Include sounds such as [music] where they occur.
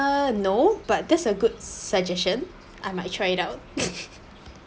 uh no but that's a good suggestion I might try it out [laughs]